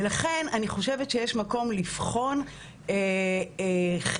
אני חושבת שיש מקום לבחון לקחת